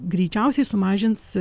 greičiausiai sumažins